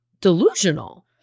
delusional